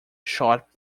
shot